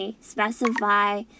specify